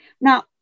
Now